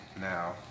now